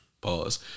Pause